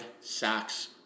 sacks